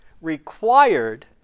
required